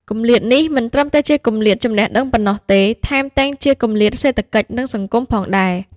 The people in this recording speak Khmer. គម្លាតនេះមិនត្រឹមតែជាគម្លាតចំណេះដឹងប៉ុណ្ណោះទេ ថែមទាំងជាគម្លាតសេដ្ឋកិច្ច និងសង្គមផងដែរ។